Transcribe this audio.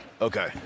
Okay